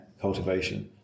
cultivation